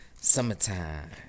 Summertime